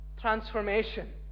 transformation